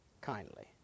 kindly